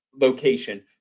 location